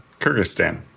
Kyrgyzstan